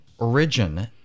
Origin